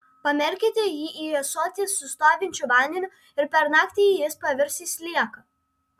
pamerkite jį į ąsotį su stovinčiu vandeniu ir per naktį jis pavirs į slieką